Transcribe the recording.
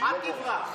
לרומא